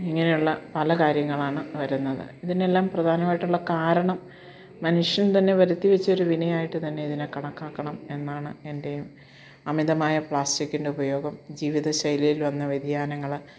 ഇങ്ങനെയുള്ള പല കാര്യങ്ങളാണ് വരുന്നത് ഇതിനെല്ലാം പ്രധാനമായിട്ടുള്ള കാരണം മനുഷ്യൻ തന്നെ വരുത്തി വെച്ചൊരു വിനയമായിട്ടു തന്നെ ഇതിനെ കണക്കാക്കണം എന്നാണ് എൻ്റെയും അമിതമായ പ്ലാസ്റ്റിക്കിൻ്റെ ഉപയോഗം ജീവിത ശൈലിയിൽ വന്ന വ്യതിയാനങ്ങൾ